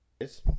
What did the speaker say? Yes